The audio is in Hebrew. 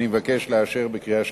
אני מבקש לאשר את הצעת